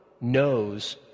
knows